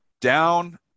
down